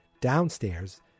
downstairs